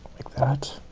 like that.